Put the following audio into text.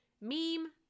Meme